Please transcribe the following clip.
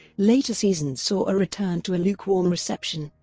later seasons saw a return to a lukewarm reception,